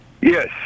Yes